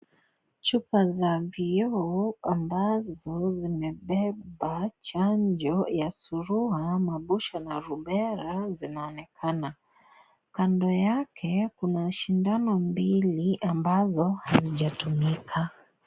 Chupa za vioo ambazo zimebeba chanjo ya surua, mabusha la Rubella zinaonekana, kando yake kuna shindano mbili ambazo hazijatumika.